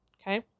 Okay